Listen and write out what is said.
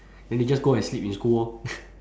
then they just go and sleep in school orh